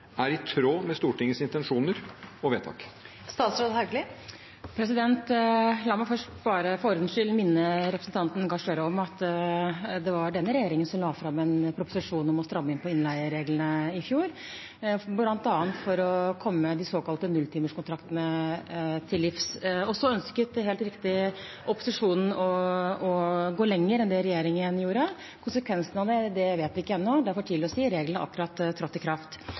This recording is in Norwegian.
er i tråd med Stortingets intensjoner og vedtak? La meg først bare for ordens skyld minne representanten Gahr Støre om at det var denne regjeringen som la fram en proposisjon om å stramme inn på innleiereglene i fjor, bl.a. for å komme de såkalte nulltimerskontraktene til livs. Så ønsket helt riktig opposisjonen å gå lenger enn det regjeringen gjorde. Konsekvensene av det vet vi ikke ennå. Det er for tidlig å si, reglene har akkurat trådt i kraft.